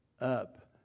up